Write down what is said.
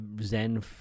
zen